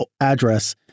address